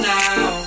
now